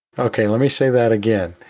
okay, let me say that again.